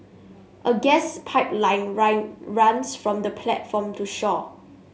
a gas pipeline run runs from the platform to shore